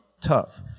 tough